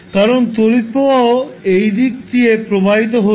কারণ তড়িৎ প্রবাহ এই দিক দিয়ে প্রবাহিত হচ্ছে